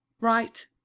right